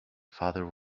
father